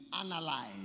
Analyze